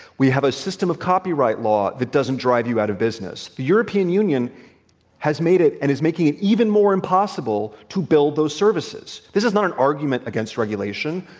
we have a system of copyright law that doesn't drive you out of business. the european union has made it and is making it even more impossible to build those services. this is not an argument against regulation.